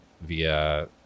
via